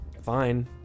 fine